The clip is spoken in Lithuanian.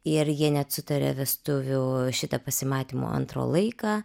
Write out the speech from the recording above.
ir jie net sutarė vestuvių šitą pasimatymo antro laiką